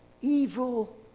evil